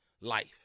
life